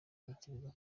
ntekereza